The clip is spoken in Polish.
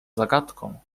zagadką